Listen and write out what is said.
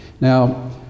Now